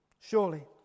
Surely